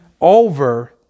over